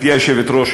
גברתי היושבת-ראש,